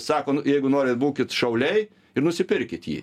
sako nu jeigu norit būkit šauliai ir nusipirkit jį